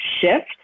shift